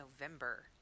November